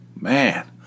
Man